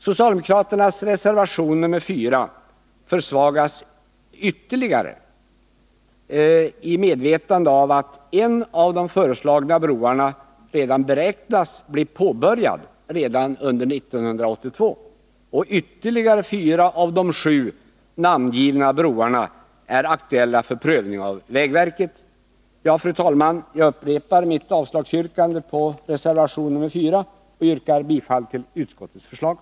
Socialdemokraternas reservation nr 4 framstår som ännu svagare mot bakgrund av att byggandet av en av de föreslagna broarna beräknas bli påbörjat redan under 1982. Ytterligare fyra av de sju där nämnda broarna är aktuella för prövning av vägverket. Fru talman! Jag upprepar mitt yrkande om avslag på reservation nr 4 och yrkar bifall till utskottets hemställan.